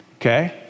okay